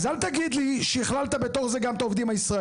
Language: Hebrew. אז אל תגיד לי שקללת בתוך זה גם את העובדים הישראלים.